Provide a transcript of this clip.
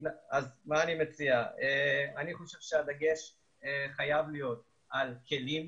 שלום לאלכס, אני מברך אותך על הוועדה ועל התפקיד.